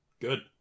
Good